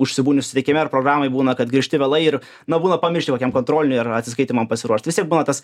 užsibūni susitikime ar programoj būna kad grįžti vėlai ir na būna pamiršti kokiam kontroliniui ar atsiskaitymam pasiruošt vis tiek būna tas